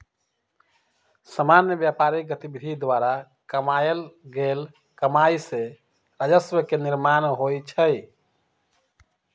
सामान्य व्यापारिक गतिविधि द्वारा कमायल गेल कमाइ से राजस्व के निर्माण होइ छइ